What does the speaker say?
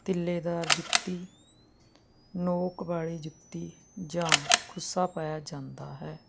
ਤਿੱਲੇਦਾਰ ਜੁੱਤੀ ਨੋਕ ਵਾਲੀ ਜੁੱਤੀ ਜਾਂ ਖੁੱਸਾ ਪਾਇਆ ਜਾਂਦਾ ਹੈ